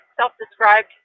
self-described